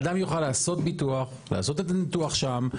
אדם יוכל לעשות ביטוח, לעשות את הניתוח שם.